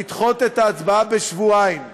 לדחות את ההצבעה בשבועיים.